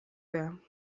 there